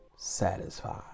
satisfied